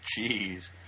Jeez